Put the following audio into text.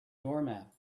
doormat